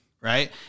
right